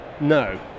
no